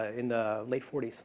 ah in the late forty s,